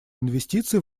инвестиций